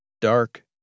dark